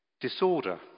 Disorder